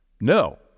no